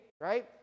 right